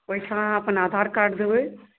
ओहिठाम अपन आधार कार्ड देबै